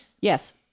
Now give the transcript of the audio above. yes